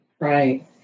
right